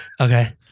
Okay